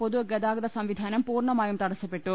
പൊതുഗതാ ഗത സംവിധാനം പൂർണമായും തടസ്സപ്പെട്ടു